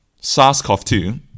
SARS-CoV-2